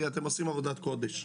אתם עושים עבודת קודש.